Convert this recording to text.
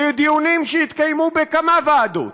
לדיונים שהתקיימו בכמה ועדות.